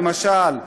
למשל,